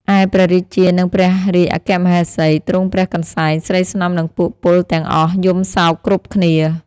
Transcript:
ឯព្រះរាជានិងព្រះរាជអគ្គមហេសី ទ្រង់ព្រះកន្សែង ស្រីស្នំនិងពួកពលទាំងអស់ យំសោកគ្រប់គ្នា ។